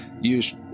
use